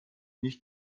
nicht